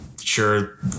Sure